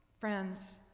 friends